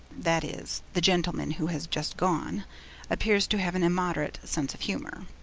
that is, the gentleman who has just gone appears to have an immoderate sense of humour.